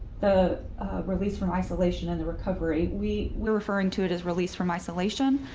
the release from isolation and the recovery, we were referring to it as released from isolation.